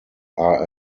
are